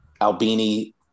Albini